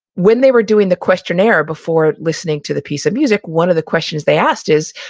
when they were doing the questionnaire before listening to the piece of music, one of the questions they asked is,